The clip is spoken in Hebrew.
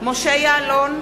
משה יעלון,